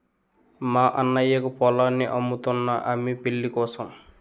మా అన్నయ్యకు పొలాన్ని అమ్ముతున్నా అమ్మి పెళ్ళికోసం